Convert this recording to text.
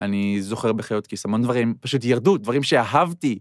אני זוכר בחיות כיס, המון דברים פשוט ירדו, דברים שאהבתי.